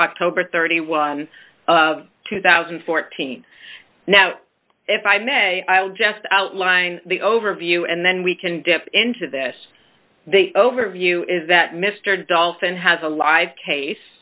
october thirty one of two thousand and fourteen now if i may i'll just outline the overview and then we can dip into this overview is that mr dolphin has a live case